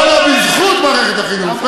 לא, לא, בזכות מערכת החינוך.